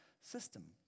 system